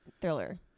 thriller